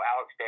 Alex